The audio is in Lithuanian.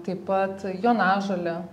taip pat jonažolė